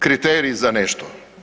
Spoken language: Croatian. Kriteriji za nešto.